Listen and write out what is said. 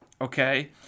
okay